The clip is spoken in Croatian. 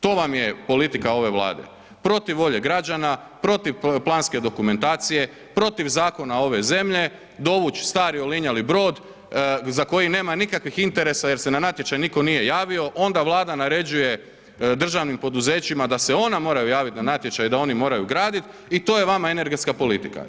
To vam je politika ove Vlade, protiv volje građana, protiv planske dokumentacije, protiv zakona ove zemlje dovući stari olinjali brod za koji nema nikakvih interesa jer se na natječaj nitko nije javio onda Vlada naređuje državnim poduzećima da se ona moraju javiti na natječaj, da oni moraju graditi i to je vama energetska politika.